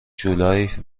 جولای